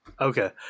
Okay